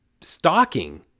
stalking